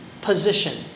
position